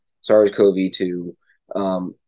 SARS-CoV-2